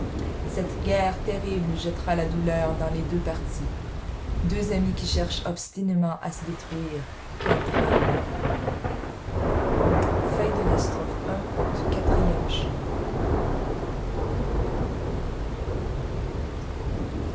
cette guerre terrible jettera la douleur dans les deux partis deux amis qui cherchent obstinément à se détruire quel drame